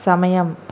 సమయం